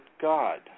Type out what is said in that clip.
God